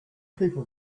people